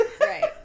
right